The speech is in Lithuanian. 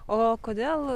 o kodėl